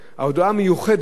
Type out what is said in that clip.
הודעה מיוחדת